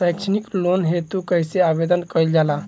सैक्षणिक लोन हेतु कइसे आवेदन कइल जाला?